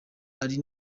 ari